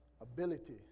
ability